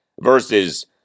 versus